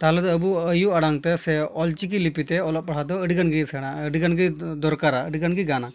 ᱛᱟᱦᱚᱞᱮᱫᱚ ᱟᱵᱚ ᱟᱭᱳ ᱟᱲᱟᱝᱛᱮ ᱥᱮ ᱚᱞᱪᱤᱠᱤ ᱞᱤᱯᱤᱛᱮ ᱚᱞᱚᱜ ᱯᱟᱲᱦᱟᱜ ᱫᱚ ᱟᱹᱰᱤᱜᱟᱱᱜᱮ ᱥᱮᱬᱟ ᱟᱹᱰᱤ ᱜᱟᱱᱜᱮ ᱫᱚᱨᱠᱟᱨᱟ ᱟᱹᱰᱤᱜᱟᱱ ᱜᱮ ᱜᱟᱱᱟ